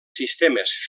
sistemes